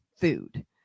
food